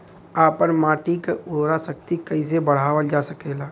आपन माटी क उर्वरा शक्ति कइसे बढ़ावल जा सकेला?